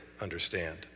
understand